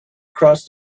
across